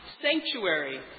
sanctuary